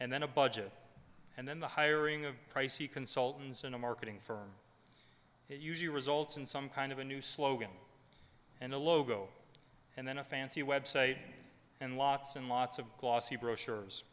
and then a budget and then the hiring of pricey consultants in a marketing firm usually results in some kind of a new slogan and a logo and then a fancy website and lots and lots of glossy brochures